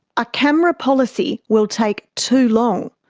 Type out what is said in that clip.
a camera policy will take too long.